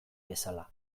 bezala